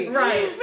right